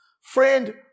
Friend